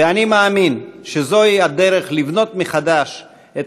ואני מאמין שזו הדרך לבנות מחדש את